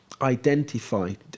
identified